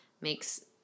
makes